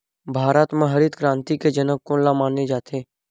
भारत मा हरित क्रांति के जनक कोन ला माने जाथे?